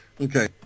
Okay